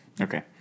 okay